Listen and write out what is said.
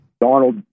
Donald